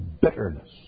Bitterness